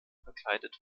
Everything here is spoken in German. verkleidet